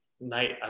night